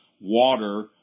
water